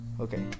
Okay